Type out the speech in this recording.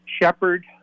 Shepard